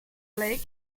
lake